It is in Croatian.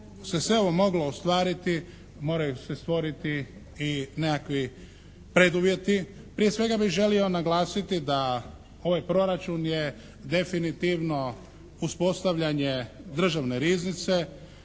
se sve ovo moglo ostvariti moraju se stvoriti i nekakvi preduvjeti. Prije svega bih želio naglasiti da ovaj Proračun je definitivno uspostavljanje državne riznice.